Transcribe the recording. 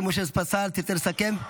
חבר הכנסת פסל, תרצה לסכם?